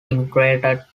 immigrated